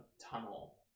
tunnel